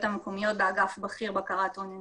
המקומיות באגף בכיר בקרת הון אנושי.